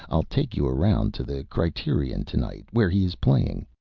i'll take you around to the criterion to-night, where he is playing.